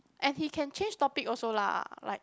and he can change topic also lah like